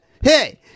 hey